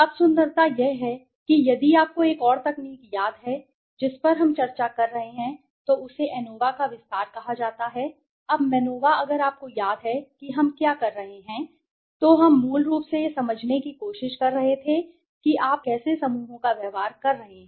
अब सुंदरता यह है कि यदि आपको एक और तकनीक याद है जिस पर हम चर्चा कर रहे हैं तो उसे एनोवा का विस्तार कहा जाता था अब मैनोवा अगर आपको याद है कि हम क्या कर रहे हैं तो हम मूल रूप से यह समझने की कोशिश कर रहे थे कि आप कैसे या कैसे समूहों का व्यवहार कर रहे हैं